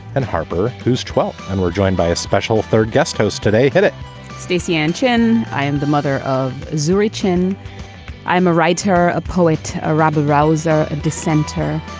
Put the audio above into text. and harper, who's twelve. and we're joined by a special third guest host today staceyann chin. i am the mother of zuri chin i'm a writer, a poet, a rabble rouser, a dissenter.